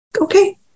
okay